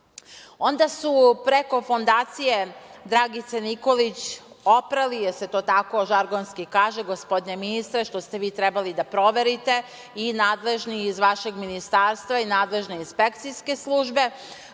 su preko Fondacije Dragice Nikolić oprali, jel se to tako žargonski kaže, gospodine ministre, što ste vi trebali da proverite i nadležni iz vašeg ministarstva i nadležne inspekcijske službe,